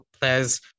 players